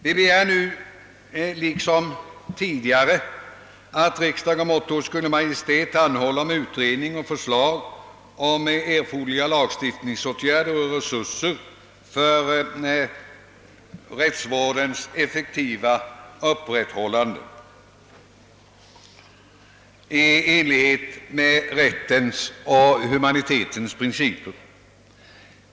Vi begär nu liksom tidigare att riksdagen måtte hos Kungl. Maj:t anhålla om utredning och förslag rörande erforderliga lagstiftningsåtgärder och resurser för rättsvårdens effektiva upprätthållande i enlighet med rättens och humanitetens principer.